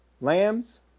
lambs